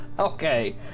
Okay